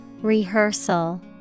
Rehearsal